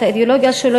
את האידיאולוגיה שלו,